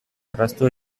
erraztu